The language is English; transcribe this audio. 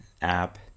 app